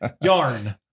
yarn